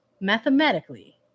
Mathematically